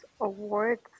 awards